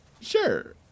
Sure